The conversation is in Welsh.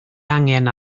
angen